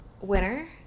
Winner